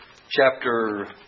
Chapter